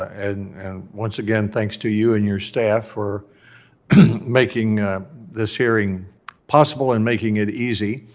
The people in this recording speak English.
and once again, thanks to you and your staff for making this hearing possible and making it easy.